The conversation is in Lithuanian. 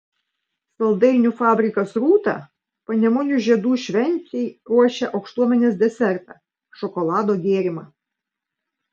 saldainių fabrikas rūta panemunių žiedų šventei ruošia aukštuomenės desertą šokolado gėrimą